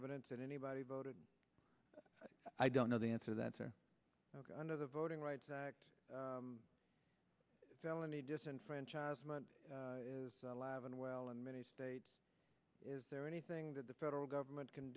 evidence that anybody voted i don't know the answer that's ok under the voting rights act felony disenfranchisement is alive and well in many states is there anything that the federal government can